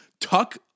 Tuck